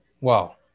Wow